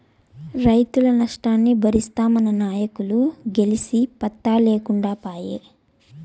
రైతుల నష్టాన్ని బరిస్తామన్న నాయకులు గెలిసి పత్తా లేకుండా పాయే